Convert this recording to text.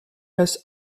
has